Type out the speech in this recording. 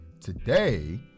Today